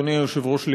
אדוני היושב-ראש,